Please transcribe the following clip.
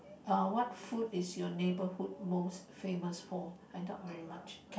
err what food is your neighbourhood most famous for I doubt very much